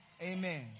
Amen